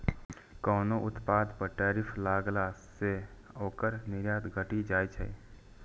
कोनो उत्पाद पर टैरिफ लगला सं ओकर निर्यात घटि जाइ छै